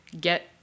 get